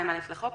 2(א) לחוק,